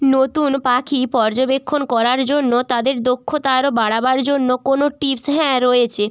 নতুন পাখি পর্যবেক্ষণ করার জন্য তাদের দক্ষতা আরও বাড়াবার জন্য কোনো টিপস হ্যাঁ রয়েছে